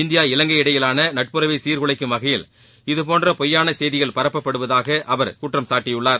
India இவங்கை இடையிலான நட்புறவை சீர்குலைக்கும் வகையில் இதுபோன்ற பொய்யான செய்திகள் பரப்பப்படுவதாக அவர் குற்றம்சாட்டியுள்ளார்